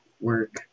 work